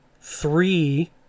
three